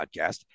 podcast